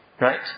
Right